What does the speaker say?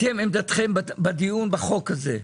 עמדתכם בדיון בחוק הזה,